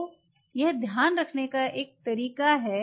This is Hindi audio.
तो यह ध्यान रखने का एक तरीका है